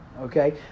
Okay